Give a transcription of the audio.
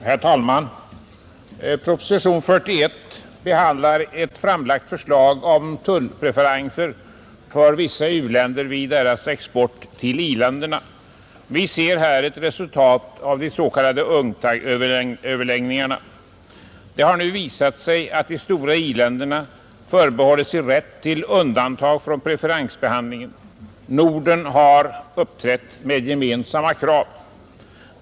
Herr talman! Skatteutskottets betänkande nr 41 behandlar ett framlagt förslag om tullpreferenser för vissa u-länder vid deras export till i-länderna. Vi ser här ett resultat av de s.k. UNCTAD-överläggningarna. Det har nu visat sig att de stora i-länderna förbehållit sig rätt till undantag från preferensbehandlingen. Norden har uppträtt med gemensamma krav.